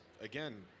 again